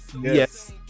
yes